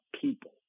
people